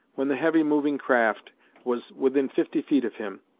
when the heavy moving craft was within fifty feet of him,